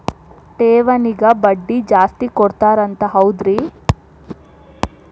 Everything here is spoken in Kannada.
ಠೇವಣಿಗ ಬಡ್ಡಿ ಜಾಸ್ತಿ ಕೊಡ್ತಾರಂತ ಹೌದ್ರಿ?